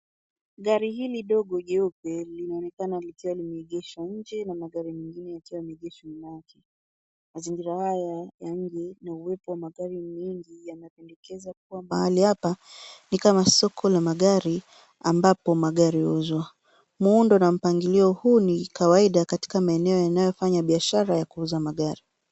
Gari hili dogo jeupe linaonekana likiwa limeegeshwa nje na magari mengine yakiwa yameegeshwa nyuma yake. Mazingira haya ya nje na uwepo wa magari mengi yanapendekeza kuwa mahali hapa ni kama soko la magari ambapo magari huuzwa. Muundo na mpangilio huu ni kawaida katika maeneo yanayofanya biashara ya kuuza magari.